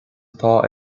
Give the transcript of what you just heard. atá